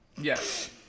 yes